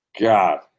God